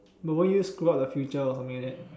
but won't you screw up the future or something like that